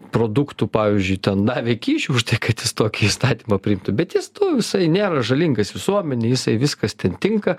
produktų pavyzdžiui ten davė kyšį už tai kad jis tokį įstatymą priimtų bet jis tu visai nėra žalingas visuomenei jisai viskas ten tinka